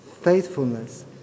faithfulness